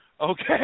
okay